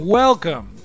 welcome